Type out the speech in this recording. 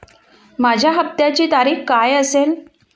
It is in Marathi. माझ्या हप्त्याची तारीख काय असेल?